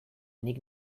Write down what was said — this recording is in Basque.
nik